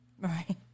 Right